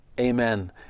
amen